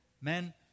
Men